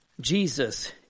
Jesus